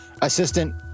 assistant